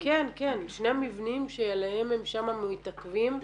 כן, שני המבנים שעליהם הם שם מתעכבים.